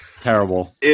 Terrible